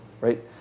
right